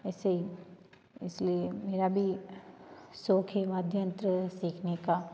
ऐसे ही इसीलिए मेरा भी शौक है वाद्ययंत्र सीखने का